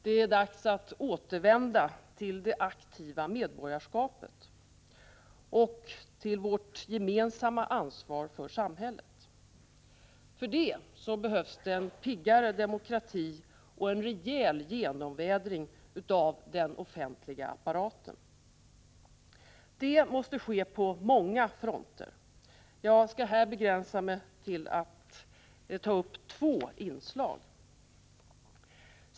Det är dags att återvända till det aktiva medborgarskapet och till vårt gemensamma ansvar för samhället. För det behövs det en piggare demokrati och en rejäl genomvädring av den offentliga apparaten. Det måste ske på många fronter. Jag skall här begränsa mig till att ta upp två inslag.